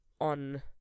on